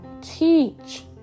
teach